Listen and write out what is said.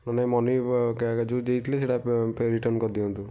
money ଯେଉଁଟା ଦେଇଥିଲେ ସେଇଟା ରିଟର୍ନ୍ କରିଦିଅନ୍ତୁ